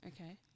Okay